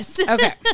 okay